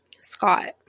Scott